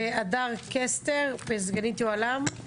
הדר הקסטר, סגנית היוהל"מ.